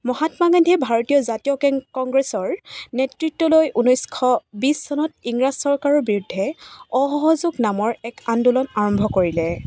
মহাত্মা গান্ধীয়ে ভাৰতীয় জাতীয় কেং কংগ্ৰেছৰ নেতৃত্ব লৈ ঊনৈছশ বিছ চনত ইংৰাজ চৰকাৰৰ বিৰুদ্ধে অসহযোগ নামৰ এক আন্দোলন আৰম্ভ কৰিলে